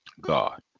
God